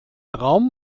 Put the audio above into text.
raum